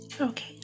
Okay